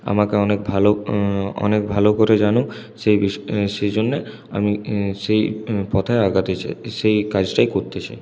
আমাকে অনেক ভালো অনেক ভালো করে জানুক সেই বিশ সেই জন্যে আমি সেই পথে আগাতে চাই সেই কাজটাই করতে চাই